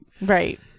right